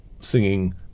singing